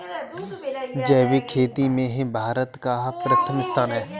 जैविक खेती में भारत का प्रथम स्थान है